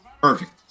perfect